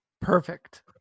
perfect